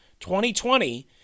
2020